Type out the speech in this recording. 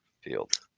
field